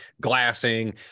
glassing